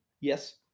yes